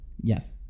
Yes